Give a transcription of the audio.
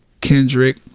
Kendrick